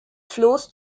flows